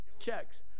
checks